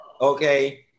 okay